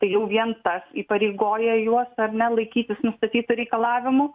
tai jau vien tas įpareigoja juos ar ne laikytis nustatytų reikalavimų